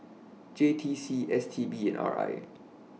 J T C S T B and R I